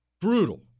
Brutal